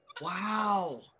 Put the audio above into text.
Wow